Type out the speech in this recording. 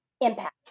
impact